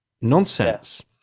nonsense